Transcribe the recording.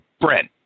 Brent